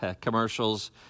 commercials